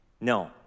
no